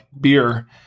beer